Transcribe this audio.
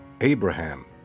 Abraham